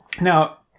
Now